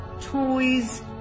toys